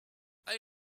hay